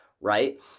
Right